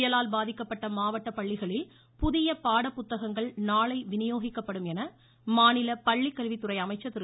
புயலால் பாதிக்கப்பட்ட மாவட்ட பள்ளிகளில் புதிய பாட புத்தகங்கள் நாளை விநியோகிக்கப்படும் பள்ளிக்கல்வித்துறை அமைச்சர் திரு